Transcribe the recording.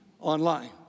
online